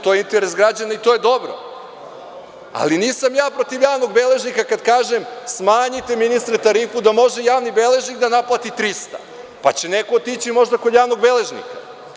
To je interes građana i to je dobro, ali nisam ja protiv javnog beležnika kad kažem – smanjite ministre tarifu da može javni beležnik da naplati trista, pa će neko možda otići kod javnog beležnika.